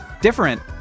different